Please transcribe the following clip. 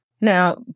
Now